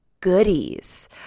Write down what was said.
goodies